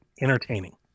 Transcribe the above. entertaining